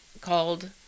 called